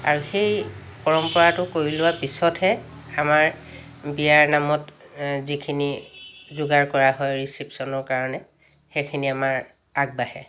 আৰু সেই পৰম্পৰাটো কৰি লোৱাৰ পিছতহে আমাৰ বিয়াৰ নামত যিখিনি যোগাৰ কৰা হয় ৰিচিপশ্যনৰ কাৰণে সেইখিনি আমাৰ আগবাঢ়ে